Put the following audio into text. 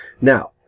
Now